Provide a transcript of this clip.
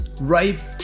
right